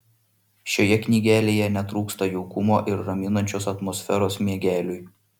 šioje knygelėje netrūksta jaukumo ir raminančios atmosferos miegeliui